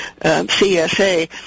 CSA